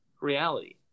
reality